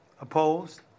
opposed